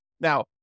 Now